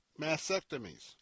mastectomies